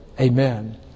Amen